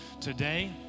Today